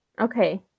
Okay